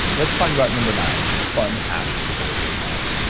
let's talk about number nine, fun hacks for the bulletproof mind.